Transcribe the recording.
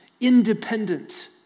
independent